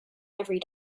every